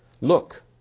Look